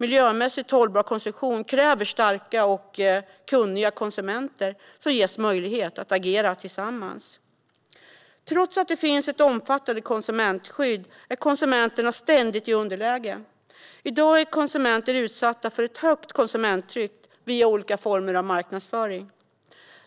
Miljömässigt hållbar konsumtion kräver starka och kunniga konsumenter som ges möjlighet att agera tillsammans. Trots att det finns ett omfattande konsumentskydd är konsumenterna ständigt i underläge. I dag är konsumenter utsatta för ett högt konsumtionstryck via olika former av marknadsföring.